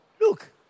Look